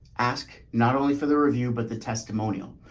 ask not only for the review, but the testimonial.